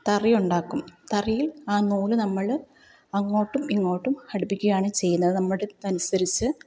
തറി ഉണ്ടാക്കും തറിയിൽ ആ നൂല് നമ്മൾ അങ്ങോട്ടും ഇങ്ങോട്ടും ഘടിപ്പിക്കുകയാണ് ചെയ്യുന്നത് നമ്മുടെ ഇത് അനുസരിച്ച്